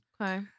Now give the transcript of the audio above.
Okay